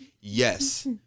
yes